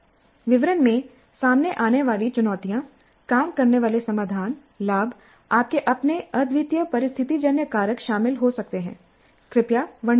विवरण में सामने आने वाली चुनौतियाँ काम करने वाले समाधान लाभ आपके अपने अद्वितीय परिस्थितिजन्य कारक शामिल हो सकते हैं कृपया वर्णन करें